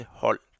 hold